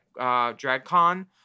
DragCon